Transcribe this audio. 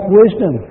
wisdom